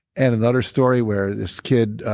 and another story where this kid,